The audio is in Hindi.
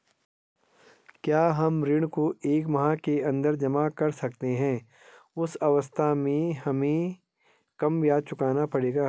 क्या हम ऋण को एक माह के अन्दर जमा कर सकते हैं उस अवस्था में हमें कम ब्याज चुकाना पड़ेगा?